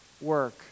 work